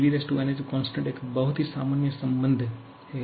PVn constant एक बहुत ही सामान्य संबंध है